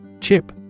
Chip